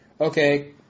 okay